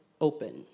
open